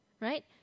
right